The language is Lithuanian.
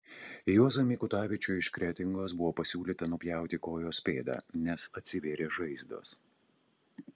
juozui mikutavičiui iš kretingos buvo pasiūlyta nupjauti kojos pėdą nes atsivėrė žaizdos